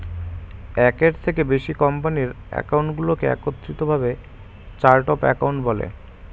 একের থেকে বেশি কোম্পানির অ্যাকাউন্টগুলোকে একত্রিত ভাবে চার্ট অফ অ্যাকাউন্ট বলে